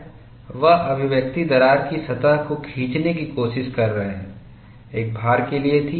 वह अभिव्यक्ति दरार की सतह को खींचने की कोशिश कर रहे एक भार के लिए थी